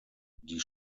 die